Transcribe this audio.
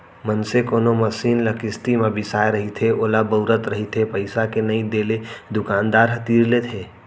मनसे कोनो मसीन ल किस्ती म बिसाय रहिथे ओला बउरत रहिथे पइसा के नइ देले दुकानदार ह तीर लेथे